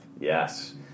yes